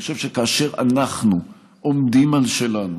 אני חושב שכאשר אנחנו עומדים על שלנו,